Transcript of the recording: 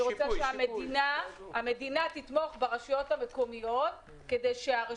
אני רוצה שהמדינה תתמוך ברשויות המקומיות כדי שהן